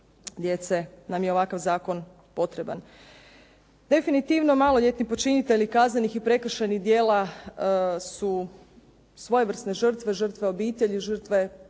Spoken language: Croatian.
djece nam je ovakav zakon potreban. Definitivno maloljetni počinitelji kaznenih i prekršajnih djela su svojevrsne žrtve, žrtve obitelji, žrtve nekog